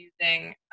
using